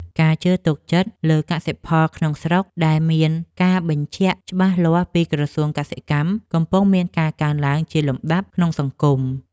ការជឿទុកចិត្តលើកសិផលក្នុងស្រុកដែលមានការបញ្ជាក់ច្បាស់លាស់ពីក្រសួងកសិកម្មកំពុងមានការកើនឡើងជាលំដាប់ក្នុងសង្គម។